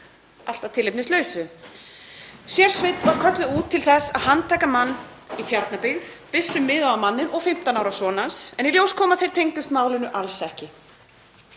allt að tilefnislausu. Sérsveit var kölluð út til þess að handtaka mann í Tjarnabyggð, byssum miðað á manninn og 15 ára son hans, en í ljós kom að þeir tengdust málinu alls ekki.